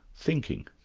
thinking,